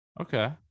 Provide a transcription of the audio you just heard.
Okay